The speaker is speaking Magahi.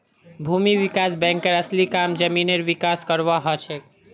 भूमि विकास बैंकेर असली काम जमीनेर विकास करवार हछेक